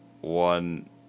one